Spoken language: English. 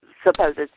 supposed